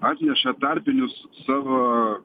atneša tarpinius savo